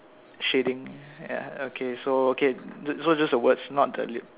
shading yeah okay so okay so just the words not the lip